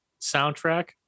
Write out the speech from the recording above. soundtrack